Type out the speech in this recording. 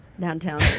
downtown